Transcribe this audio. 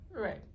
Right